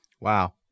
Wow